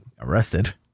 arrested